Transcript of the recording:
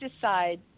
decide